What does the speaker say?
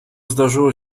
zdarzyło